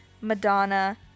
Madonna